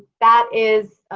that is,